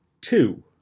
two